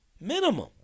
minimum